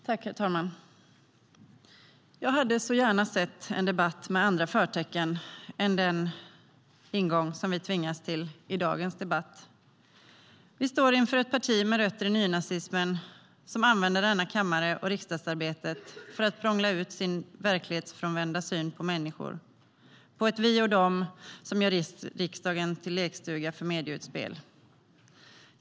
Herr talman! Jag hade gärna sett en debatt med andra förtecken än den ingång vi tvingas till i dagens debatt. Vi står inför ett parti med rötter i nynazismen, ett parti som använder denna kammare och riksdagsarbetet för att prångla ut sin verklighetsfrånvända syn på människor - ett vi och de - och gör riksdagen till lekstuga för medieutspel.